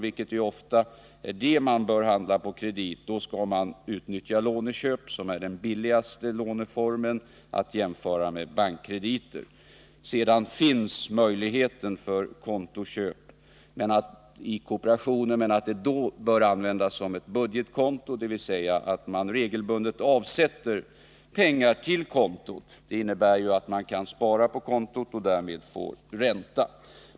I sådana fall bör man i första hand använda låneköp, som är den billigaste kreditformen och som är att jämföra med bankkrediter. Sedan finns möjligheten till kontoköp, men kontot bör då användas som ett budgetkonto, vilket innebär att man regelbundet avsätter pengar på kontot. Man spar alltså på kontot och får då ränta.